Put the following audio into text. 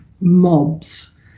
mobs